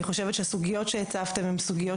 אני חושבת שסוגיות שהצפתם הן סוגיות